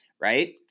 right